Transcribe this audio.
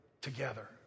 together